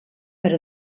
per